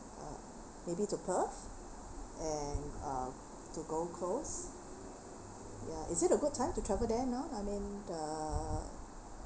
uh maybe to perth and uh to gold coast ya is it a good time to travel there now I mean uh